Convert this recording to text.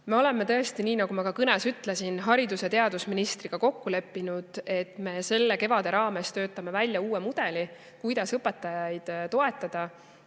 Me oleme tõesti, nagu ma ka kõnes ütlesin, haridus‑ ja teadusministriga kokku leppinud, et me sellel kevadel töötame välja uue mudeli, kuidas õpetajaid toetada.